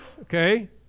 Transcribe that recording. okay